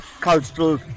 cultural